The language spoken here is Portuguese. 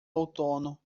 outono